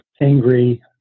angry